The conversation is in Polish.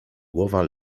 głowa